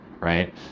right